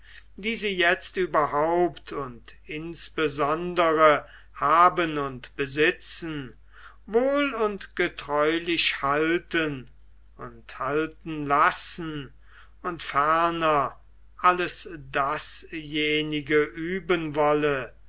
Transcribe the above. die sie jetzt überhaupt und insbesondere haben und besitzen wohl und getreulich halten und halten lassen und ferner alles dasjenige üben wolle